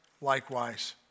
likewise